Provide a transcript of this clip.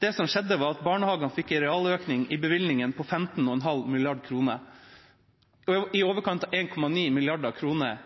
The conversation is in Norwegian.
Det som skjedde, var at barnehagene fikk en realøkning i bevilgingene på 15,5 mrd. kr – i overkant av 1,9 mrd. kr i året, en